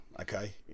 okay